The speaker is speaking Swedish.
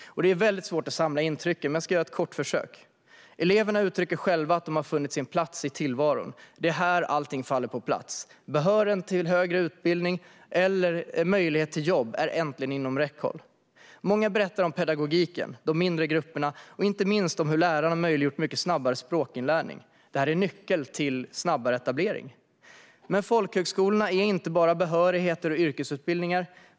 Det är väldigt svårt att samla intrycken, men jag gör ändå ett litet försök. Eleverna uttrycker själva att de har funnit sin plats i tillvaron. Det är här allting faller på plats, och behörigheten till högre utbildning eller möjligheten till ett jobb är äntligen inom räckhåll. Många berättar om pedagogiken, de mindre grupperna och inte minst om hur lärarna har möjliggjort en mycket snabbare språkinlärning. Detta är en nyckel till snabbare etablering. Men folkhögskolorna är inte bara behörigheter och yrkesutbildningar.